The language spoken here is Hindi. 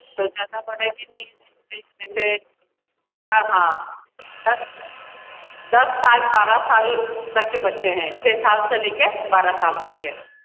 तो ज़्यादा बड़े भी नहीं है हाँ दस साल बारह साल तक के बच्चे हैं छः साल से लेके बारह साल तक के